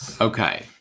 Okay